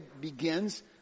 begins